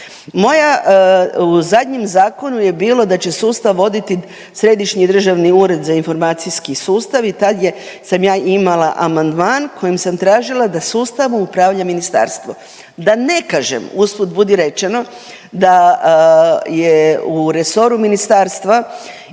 U zadnjem zakonu je bilo da će sustav voditi Središnji državni ured za informacijski sustav i tad sam ja imala amandman kojim sam tražila da sustavom upravlja ministarstvo, da ne kažem usput budi rečeno da je u resoru ministarstva